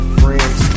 friends